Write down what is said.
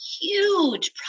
huge